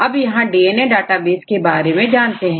अब यहां DNA database के बारे में जानते हैं